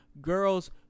girls